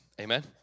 Amen